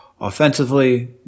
Offensively